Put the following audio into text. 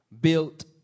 Built